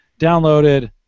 downloaded